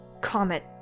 Comet